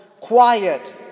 quiet